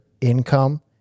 income